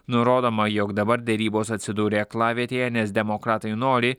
nurodoma jog dabar derybos atsidūrė aklavietėje nes demokratai nori